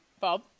Bob